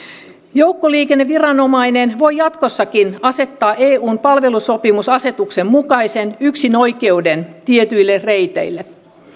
joukkoliikenneviranomainen voi jatkossakin asettaa eun palvelusopimusasetuksen mukaisen yksinoikeuden tietyille reiteille